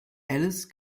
alice